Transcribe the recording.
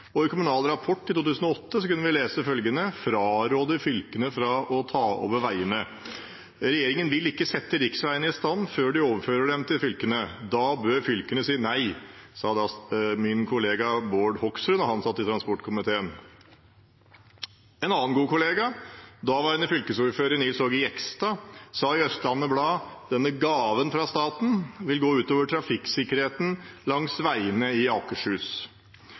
Og i Kommunal rapport i 2008 kunne vi lese at fylkene frarådes å ta over veiene. Regjeringen vil ikke sette riksveiene i stand før de overfører dem til fylkene. Da bør fylkene si nei. Det sa min kollega Bård Hoksrud da han satt i transportkomiteen. En annen god kollega, daværende fylkesordfører Nils Aage Jegstad, sa i Østlandets Blad at denne gaven fra staten vil gå ut over trafikksikkerheten langs veiene i Akershus.